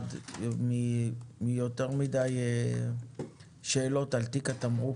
מוטרד מיותר מדי שאלות על תיק התמרוק